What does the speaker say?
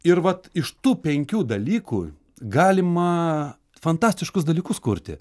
ir vat iš tų penkių dalykų galima fantastiškus dalykus kurti